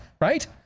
right